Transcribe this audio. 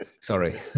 Sorry